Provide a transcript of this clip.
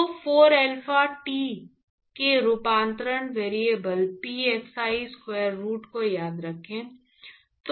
तो 4 alpha T के रूपांतरण variable x pi square root को याद रखें